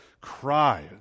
cry